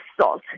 salt